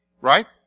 Right